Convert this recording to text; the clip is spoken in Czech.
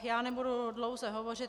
Já nebudu dlouze hovořit.